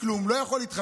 אני לא יכולה לפתוח פה,